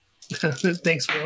Thanks